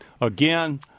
Again